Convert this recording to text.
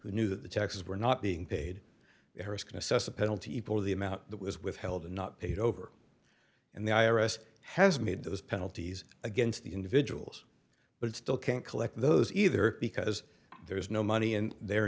knew that the taxes were not being paid his can assess a penalty for the amount that was withheld and not paid over and the i r s has made those penalties against the individuals but still can't collect those either because there is no money in their